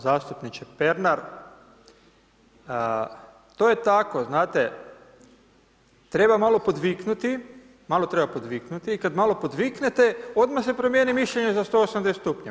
Zastupniče Pernar, to je tako, znate treba malo podviknuti, malo treba podviknuti i kada malo podviknete odmah se promijeni mišljenje za 180 stupnjeva.